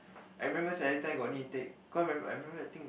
I remember got new intake cause I remember I remember I think